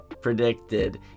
predicted